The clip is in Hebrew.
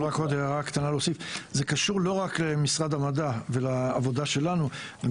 זה לא רק קשור למשרד המדע ולעבודה שלנו אלא גם,